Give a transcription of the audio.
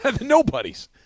Nobody's